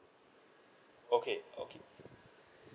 okay okay